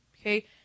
Okay